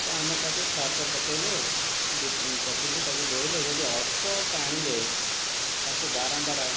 ତ ଆମେ ତାକୁ ସର୍ଫ ପକାଇଲେ ପକାଇକି ତାକୁ ଧୋଇଲେ ଯଦି ଅଳ୍ପ ପାଣିରେ ତାକୁ ବାରମ୍ବାର